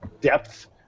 depth